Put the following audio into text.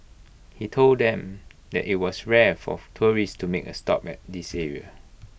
he told them that IT was rare for tourists to make A stop at this area